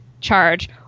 charge